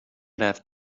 رفت